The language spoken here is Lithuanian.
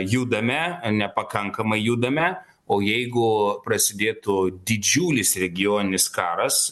judame nepakankamai judame o jeigu prasidėtų didžiulis regioninis karas